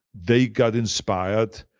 they got inspired.